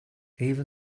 even